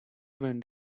bend